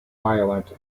violent